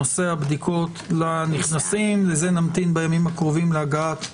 נושא הבדיקות לנכנסים לזה נמתין בימים הקרובים להגעת תקנות.